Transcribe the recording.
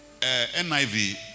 NIV